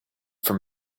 for